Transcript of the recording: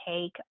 take